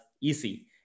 easy